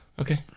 Okay